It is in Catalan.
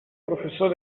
professor